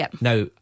now